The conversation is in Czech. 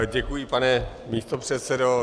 Děkuji, pane místopředsedo.